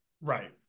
Right